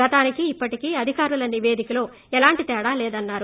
గతానికి ఇప్పటికీ అధికారుల నిపేదికలో ఎలాంటి తేడా లేదన్నారు